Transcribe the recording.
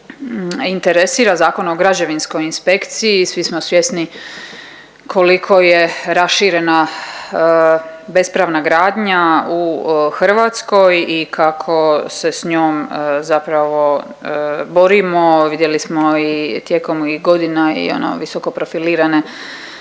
interesira, Zakon o građevinskoj inspekciji, svi smo svjesni koliko je raširena bespravna gradnja u Hrvatskoj i kako se s njom zapravo borimo, vidjeli smo i tijekom i godina i ono, visokoprofilirane